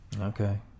okay